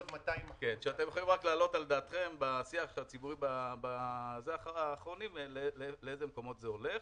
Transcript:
אתם יכולים להעלות על דעתכם בשיח הציבורי לאיזה מקומות זה הולך.